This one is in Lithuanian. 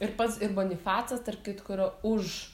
ir pats ir bonifacas tarp kitko yra už